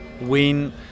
win